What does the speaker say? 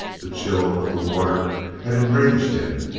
the chill of the water had enraged him.